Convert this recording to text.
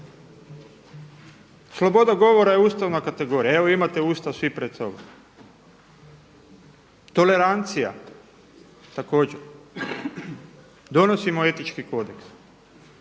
Sloboda govora je ustavna kategorija, evo imate Ustav svi pred sobom, tolerancija također. Donosimo Etički kodeks,